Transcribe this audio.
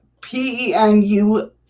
P-E-N-U